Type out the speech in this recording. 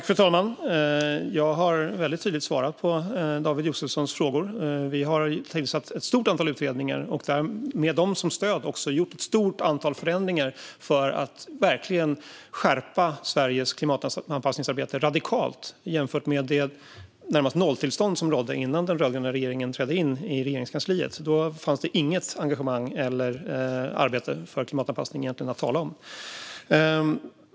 Fru talman! Jag har väldigt tydligt svarat på David Josefssons frågor. Vi har tillsatt ett stort antal utredningar och med dem som stöd också gjort ett stort antal förändringar för att verkligen skärpa Sveriges klimatanpassningsarbete radikalt, jämfört med det närmast nolltillstånd som rådde innan den rödgröna regeringen trädde in i Regeringskansliet. Då fanns det inget engagemang eller arbete för klimatanpassning att tala om.